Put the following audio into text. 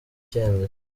cyemezo